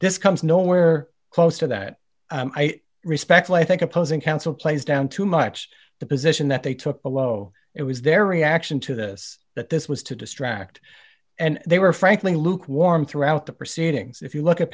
this comes nowhere close to that i respect i think opposing counsel plays down too much the position that they took below it was their reaction to this that this was to distract and they were frankly lukewarm throughout the proceedings if you look at